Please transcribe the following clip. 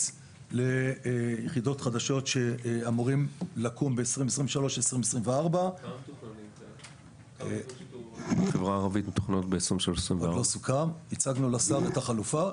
ליחידות חדשות שאמורות לקום ב-2023 2024. הצגנו לשר את החלופות,